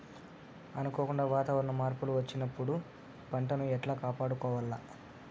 అనుకోకుండా వాతావరణ మార్పులు వచ్చినప్పుడు పంటను ఎట్లా కాపాడుకోవాల్ల?